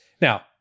Now